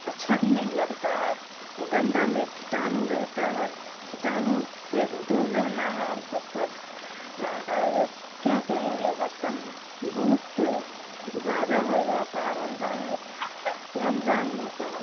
اچھا بھی نہیں لگتا ہے گندا میں کیٹانو رہتا ہے کیٹانو سے دور رہنا ہے ہم سب کو کیا کریں گے برتن بہت زیادہ ہو جاتا ہے رمضان میں رمضان میں تو